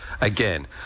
again